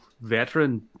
veteran